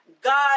God